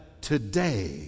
today